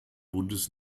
buntes